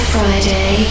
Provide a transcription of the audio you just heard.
Friday